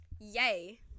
yay